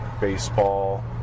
baseball